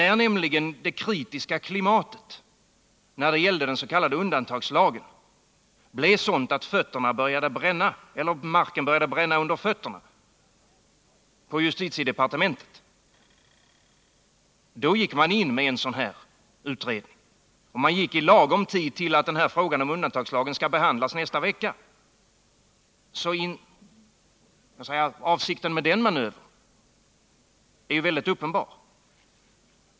När nämligen det kritiska klimatet i fråga om den s.k. undantagslagen blev sådant att marken började bränna under fötterna på dem inom justititedepartementet, gick man in med en sådan här utredning. Och man gjorde det i lagom tid innan frågan om undantagslagen behandlas nästa vecka. Avsikten med den manövern är alltså mycket uppenbar.